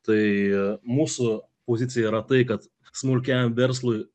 tai mūsų pozicija yra tai kad smulkiam verslui